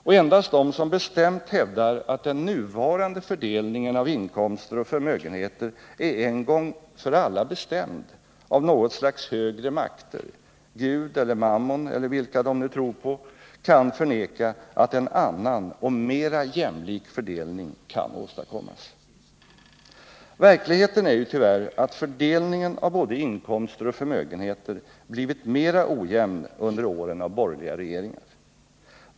Och endast de som bestämt hävdar att den nuvarande fördelningen av inkomster och förmögenheter är en gång för alla bestämd av något slags högre makter, Gud eller Mammon eller vilka de nu tror på, kan förneka att en annan och mera jämlik fördelning kan åstadkommas. Verkligheten är ju tyvärr att fördelningen av både inkomster och förmögenheter blivit mera ojämn under åren av borgerliga regeringar.